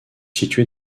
situé